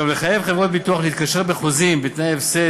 לחייב חברות להתקשר בחוזים בתנאי הפסד